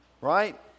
right